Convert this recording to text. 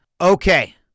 Okay